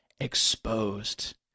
exposed